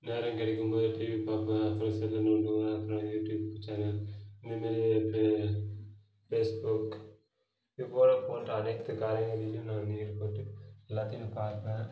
நேரம் கிடைக்கும் போது டிவி பார்ப்பேன் அப்புறம் செல் நோண்டுவேன் அப்புறம் யூடியூப் சேனல் இந்த மாரி பே ஃபேஸ்புக் இது போல் போட்டால் அனைத்து காரியங்களிலும் நான் ஈடுபட்டு எல்லாத்தையும் பார்ப்பேன்